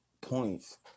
points